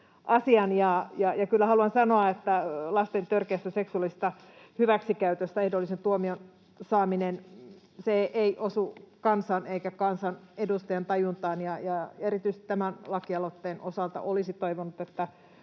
Haluan sanoa, että lasten törkeästä seksuaalisesta hyväksikäytöstä ehdollisen tuomion saaminen ei osu kansan eikä kansanedustajan tajuntaan, ja erityisesti tämän lakialoitteen osalta olisi toivonut, että